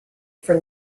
for